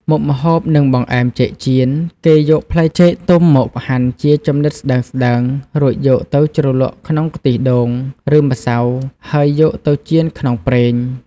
មុខម្ហូប និងបង្អែមចេកចៀន គេយកផ្លែចេកទុំមកហាន់ជាចំណិតស្តើងៗ រួចយកទៅជ្រលក់ក្នុងខ្ទិះដូង ឬម្សៅហើយយកទៅចៀនក្នុងប្រេង។